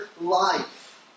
life